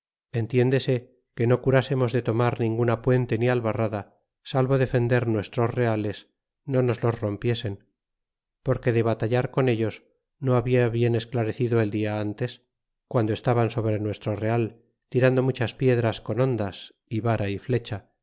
entiéndese que no curásemos de tomar ninguna puente ni albarrada salvo defender nuestros reales no nos los rompiesen porque de batallar con ellos no habia bien esclarecido el dia antes guando estaban sobre nuestro real tirando muchas piedras con hondas y vara y flecha